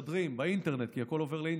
משדרים באינטרנט, כי הכול עובר לאינטרנט,